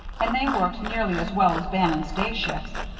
and they worked nearly as well as bannon's day shifts.